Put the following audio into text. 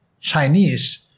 Chinese